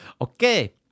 okay